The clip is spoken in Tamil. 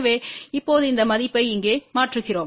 எனவே இப்போது இந்த மதிப்பை இங்கே மாற்றுகிறோம்